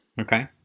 Okay